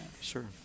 sure